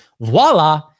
Voila